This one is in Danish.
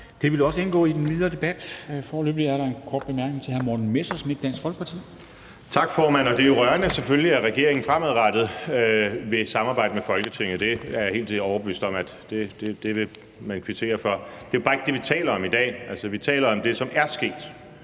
indgå i den videre debat. Foreløbig er der en kort bemærkning fra hr. Morten Messerschmidt, Dansk Folkeparti. Kl. 11:21 Morten Messerschmidt (DF): Tak, formand. Det er jo selvfølgelig rørende, at regeringen fremadrettet vil samarbejde med Folketinget – det er jeg helt overbevist om at man vil kvittere for. Det er bare ikke det, vi taler om i dag. Altså, vi taler om det, som er sket,